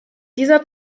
dieser